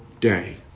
day